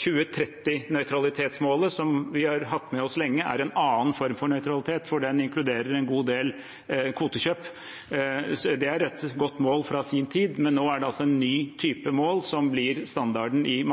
2030-nøytralitetsmålet som vi har hatt med oss lenge, er en annen form for nøytralitet, for den inkluderer en god del kvotekjøp. Det er et godt mål fra sin tid, men nå er det altså en ny type mål som blir standarden i